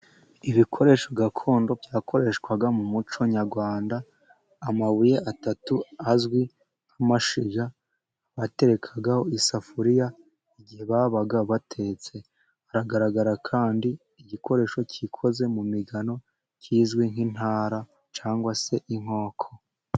Ibikoresho gakondo byakoreshwaga mu muco nyarwanda, amabuye atatu azwi nk'amashiga, baterekagaho isafuriya, igihe babaga batetse. Haragaragara kandi igikoresho gikoze mu migano kizwi nk'intara cyangwa se inkoko.